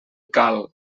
cal